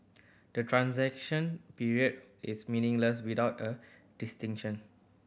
the transition period is meaningless without a distinction